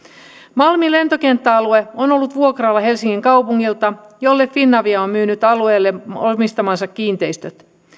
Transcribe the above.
malmin lentokenttäalue on ollut vuokralla helsingin kaupungilta jolle finavia on myynyt alueella omistamansa kiinteistöt